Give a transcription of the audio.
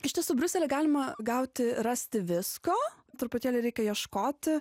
iš tiesų briusely galima gauti rasti visko truputėlį reikia ieškoti